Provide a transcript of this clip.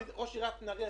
לראש עיריית נהריה,